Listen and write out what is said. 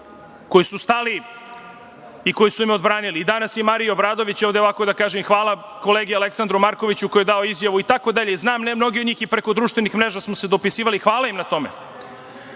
koji su stali i koji su me odbranili. Danas je i Marija Obradović ovde, ovako da kažem, hvala kolegi Aleksandru Markoviću koji je dao izjavu itd. Znam mnoge od njih i preko društvenih mreža smo se dopisivali. Hvala im na tome. Drage